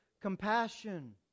compassion